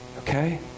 Okay